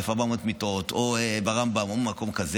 1,400 מיטות או רמב"ם או מקום כזה,